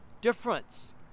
difference